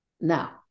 now